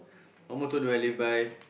what motto do I live by